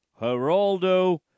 Geraldo